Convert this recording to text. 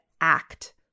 act